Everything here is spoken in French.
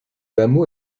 hameau